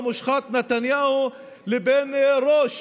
המושחת נתניהו, לבין ראש